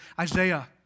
Isaiah